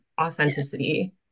authenticity